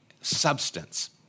substance